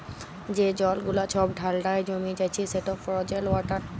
যে জল গুলা ছব ঠাল্ডায় জমে যাচ্ছে সেট ফ্রজেল ওয়াটার